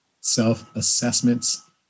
self-assessments